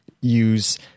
use